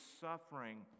suffering